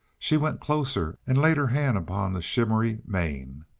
she went closer and laid her hand upon the shimmery mane.